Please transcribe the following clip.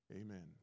Amen